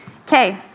Okay